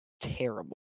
terrible